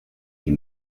die